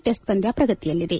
test ಪಂದ್ಯ ಪ್ರಗತಿಯಲ್ಲಿದೆ